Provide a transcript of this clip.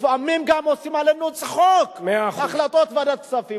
לפעמים גם עושים עלינו צחוק, מהחלטות ועדת כספים.